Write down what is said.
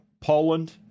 Poland